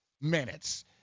minutes